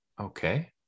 Okay